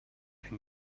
and